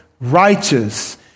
righteous